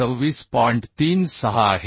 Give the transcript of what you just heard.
36 आहेत